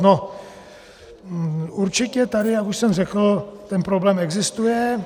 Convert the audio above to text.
No, určitě tady, jak už jsem řekl, ten problém existuje.